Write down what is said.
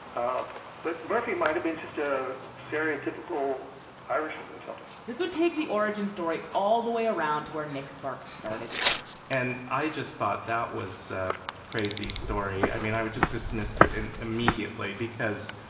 but murphy might have been just a stereotypical irishman or something this would take the origin story all the way around where nick sparks started from and i just thought that was crazy story. i mean, i would just dismissed it and immediately because